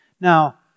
Now